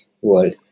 world